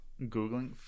googling